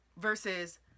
versus